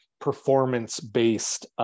performance-based